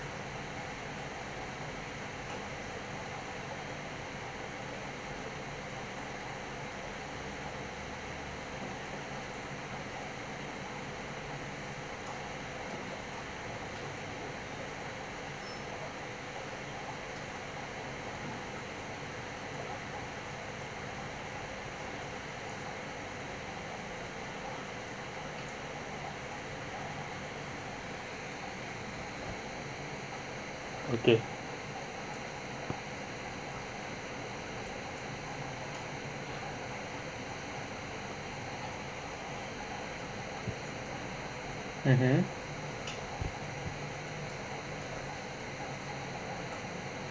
okay mmhmm